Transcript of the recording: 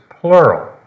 plural